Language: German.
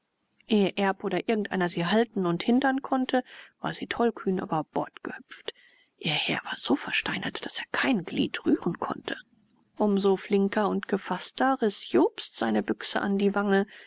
oder irgendeiner sie halten und hindern konnte war sie tollkühn über bord gehüpft ihr herr war so versteinert daß er kein glied rühren konnte um so flinker und gefaßter riß jobst seine büchse an die wange